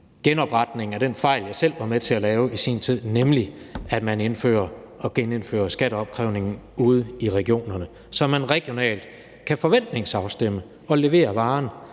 genopretning af den fejl, som jeg selv var med til at lave i sin tid, og at man genindfører skatteopkrævning ude i regionerne. Så kan man regionalt forventningsafstemme og levere varen